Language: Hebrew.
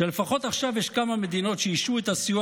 לפחות עכשיו יש כמה מדינות שהשעו את הסיוע